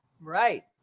Right